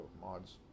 Mod's